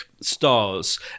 stars